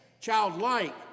childlike